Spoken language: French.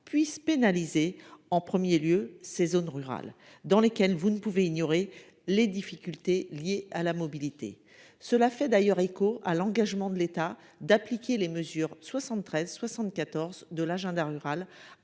puissent pénaliser en 1er lieu ces zones rurales dans lesquelles vous ne pouvez ignorer les difficultés liées à la mobilité cela fait d'ailleurs écho à l'engagement de l'État d'appliquer les mesures 73 74 de l'agenda rural,